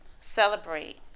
celebrate